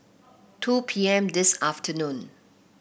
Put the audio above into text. two P M this afternoon